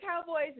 Cowboys